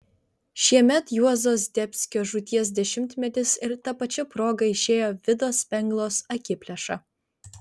šiemet juozo zdebskio žūties dešimtmetis ir ta pačia proga išėjo vido spenglos akiplėša